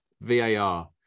VAR